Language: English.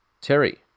Terry